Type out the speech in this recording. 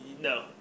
No